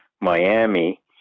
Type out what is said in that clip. Miami